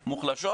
המוחלשות.